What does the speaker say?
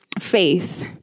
Faith